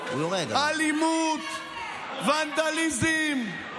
מה קורה עם הכסף של המשטרה?